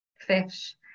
fish